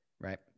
Right